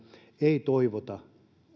ei toivota